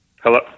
Hello